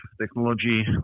technology